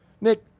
Nick